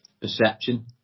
perception